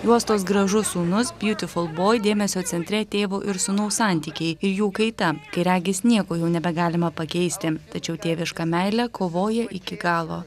juostos gražus sūnus bjutiful boi dėmesio centre tėvo ir sūnaus santykiai ir jų kaita kai regis nieko jau nebegalima pakeisti tačiau tėviška meilė kovoja iki galo